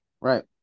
right